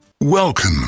Welcome